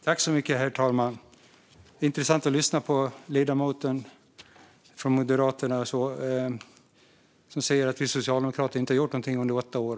Herr talman! Det är intressant att lyssna på ledamoten från Moderaterna som säger att vi socialdemokrater inte har gjort någonting under åtta år.